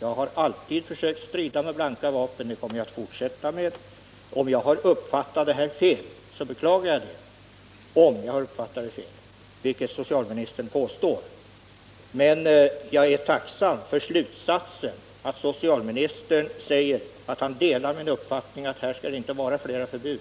Jag har alltid försökt strida med blanka vapen. Det kommer jag att fortsätta med. Om jag har uppfattat det här fel — vilket socialministern påstår — så beklagar jag det. 59 Men jag upprepar att jag är tacksam för att socialministern säger att han delar min uppfattning att här skall det inte vara fler förbud.